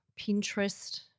Pinterest